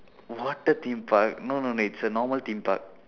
water theme park no no it's a normal theme park